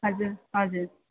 हजुर हजुर